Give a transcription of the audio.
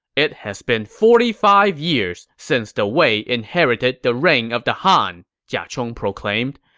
it has been forty five years since the wei inherited the reign of the han, jia chong proclaimed.